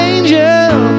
Angel